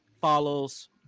follows